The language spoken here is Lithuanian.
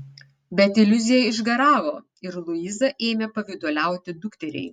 bet iliuzija išgaravo ir luiza ėmė pavyduliauti dukteriai